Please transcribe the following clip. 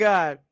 God